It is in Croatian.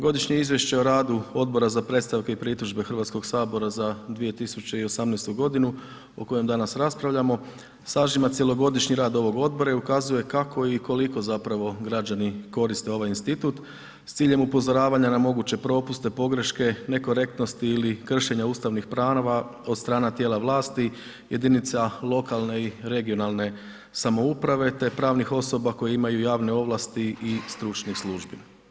Godišnje izvješće o radu Odbora za predstavke i pritužbe Hrvatskoga sabora za 2018. g. o kojem danas raspravljamo, sažima cjelogodišnji rad ovog odbora i ukazuje kako i koliko zapravo građani koriste ovaj institut s ciljem upozoravanja na moguće propuste, pogreške, nekorektnosti ili kršenja ustavnih prava od strane tijela vlasti, jedinica lokalne i regionalne samouprave te pravnih osoba koje imaju javne ovlasti i stručnih službi.